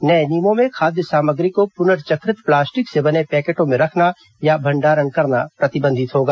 नए नियमों में खाद्य सामग्री को पुनर्चक्रित प्लास्टिक से बने पैकेटों में रखना या भंडारण करना प्रतिबंधित होगा